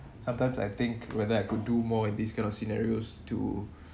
sometimes I think whether I could do more in this kind of scenarios to